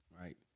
Right